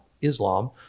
Islam